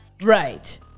right